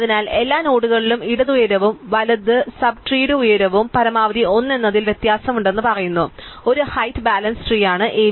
അതിനാൽ എല്ലാ നോഡുകളിലും ഇടത് ഉയരവും വലത് സബ് ട്രീടെ ഉയരവും പരമാവധി 1 എന്നതിൽ വ്യത്യാസമുണ്ടെന്ന് പറയുന്ന ഒരു ഹൈറ്റ് ബാലൻസ്ഡ് ട്രീ അണ് AVL ട്രീ